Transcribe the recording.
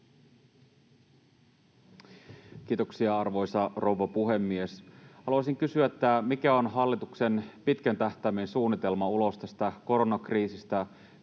Kiitoksia, arvoisa rouva puhemies! Haluaisin kysyä, mikä on hallituksen pitkän tähtäimen suunnitelma ulos tästä koronakriisistä,